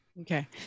Okay